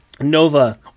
Nova